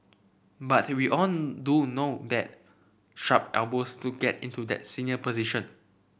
but we all do no that sharp elbows to get into that senior position